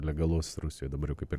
legalus rusijoj dabar jau kaip ir